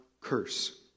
curse